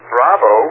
Bravo